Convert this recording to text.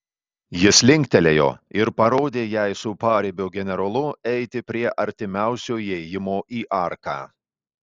jis linktelėjo ir parodė jai su paribio generolu eiti prie artimiausio įėjimo į arką